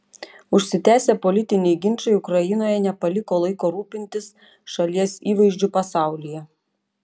užsitęsę politiniai ginčai ukrainoje nepaliko laiko rūpintis šalies įvaizdžiu pasaulyje